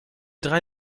drei